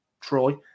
Troy